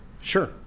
Sure